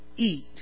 eat